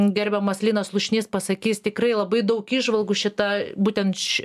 gerbiamas linas slušnys pasakys tikrai labai daug įžvalgų šita būtent č